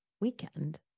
weekend